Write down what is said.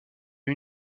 est